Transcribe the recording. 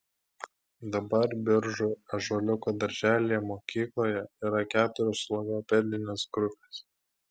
dabar biržų ąžuoliuko darželyje mokykloje yra keturios logopedinės grupės